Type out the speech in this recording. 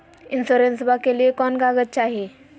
इंसोरेंसबा के लिए कौन कागज चाही?